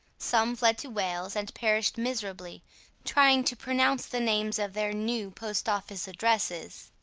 some fled to wales and perished miserably trying to pronounce the names of their new post-office addresses.